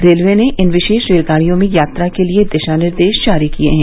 railway ने इन विशेष रेलगाड़ियों में यात्रा के लिए दिशा निर्देश जारी किए हैं